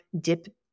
dip